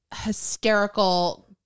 hysterical